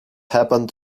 happened